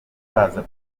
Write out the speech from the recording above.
baza